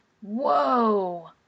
Whoa